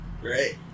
Great